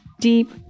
deep